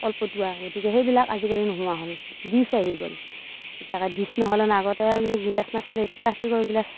কল পটুৱা গতিকে সেইবিলাক আজিকালি নোহোৱা হ'ল ডিচ্ আহি গ'ল এতিয়া ডিচ্ নহ'লে নহয় আগতে গিলাচ নাছিলে এতিয়া প্লাষ্টিকৰ গিলাচ